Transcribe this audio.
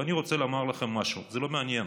ואני רוצה לומר לכם משהו: זה לא מעניין.